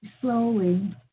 slowly